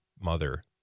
mother